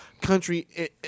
country